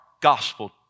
gospel